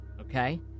Okay